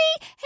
Hey